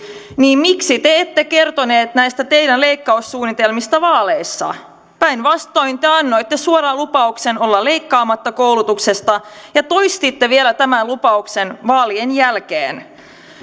niin miksi te ette kertoneet näistä teidän leikkaussuunnitelmistanne vaaleissa päinvastoin te annoitte suoran lupauksen olla leikkaamatta koulutuksesta ja toistitte vielä tämän lupauksen vaalien jälkeen ja